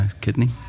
kidney